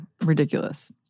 ridiculous